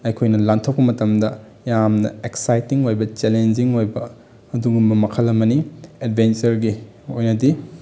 ꯑꯩꯈꯣꯏꯅ ꯂꯥꯟꯊꯣꯛꯄ ꯃꯇꯝꯗ ꯌꯥꯝꯅ ꯑꯦꯛꯁꯥꯏꯠꯇꯤꯡ ꯑꯣꯏꯕ ꯆꯦꯂꯦꯟꯖꯤꯡ ꯑꯣꯏꯕ ꯑꯗꯨꯒꯨꯝꯕ ꯃꯈꯜ ꯑꯃꯅꯤ ꯑꯦꯠꯕꯦꯟꯆꯔꯒꯤ ꯑꯣꯏꯅꯗꯤ